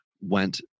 Went